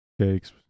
Cakes